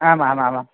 आमामामां